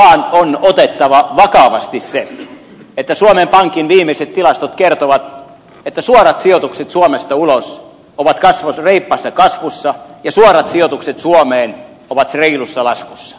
kyllä nyt vaan on otettava vakavasti se että suomen pankin viimeiset tilastot kertovat että suorat sijoitukset suomesta ulos ovat reippaassa kasvussa ja suorat sijoitukset suomeen ovat reilussa laskussa